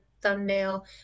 thumbnail